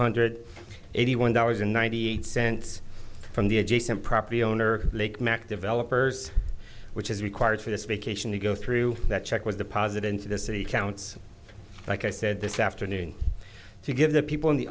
hundred eighty one dollars and ninety eight cents from the adjacent property owner lake mack developers which is required for this vacation to go through that check was deposited into the city accounts like i said this afternoon to give the people in the